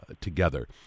together